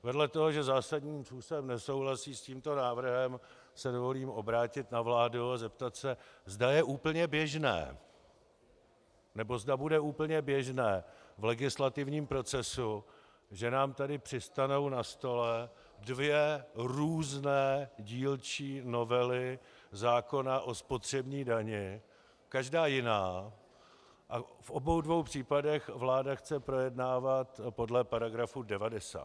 Vedle toho, že zásadním způsobem nesouhlasí s tímto návrhem, se dovolím obrátit na vládu a zeptat se, zda bude úplně běžné v legislativním procesu, že nám tady přistanou na stole dvě různé dílčí novely zákona o spotřební dani, každá jiná, a v obou dvou případech vláda chce projednávat podle § 90.